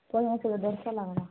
କେଜାଣି ସିଏ ତ ଧରିଥିଲା